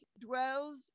dwells